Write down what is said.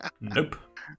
Nope